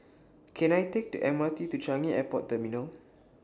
Can I Take The M R T to Changi Airport Terminal